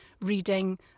reading